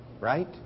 Right